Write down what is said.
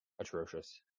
atrocious